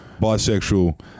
bisexual